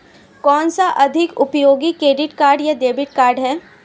कौनसा अधिक उपयोगी क्रेडिट कार्ड या डेबिट कार्ड है?